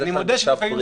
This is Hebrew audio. אז זה נכתב בכתב ברייל.